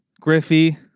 Griffey